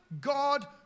God